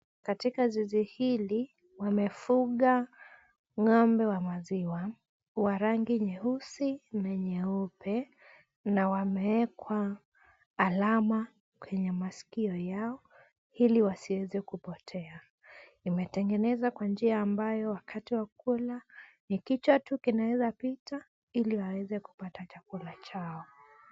Katika zizi hili wamefuga ng'ombe wa maziwa wa rangi nyeusi na nyeupe. Na wamewekwa alama kwenye masikio yao ili wasiweze kupotea. Imetengenezwa kwa njia ambayo ni kichwa tu kinaweza kupita ili waweze kupata chakula chao.